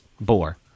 boar